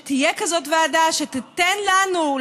שתהיה כזאת ועדה שתיתן לנו,